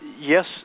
yes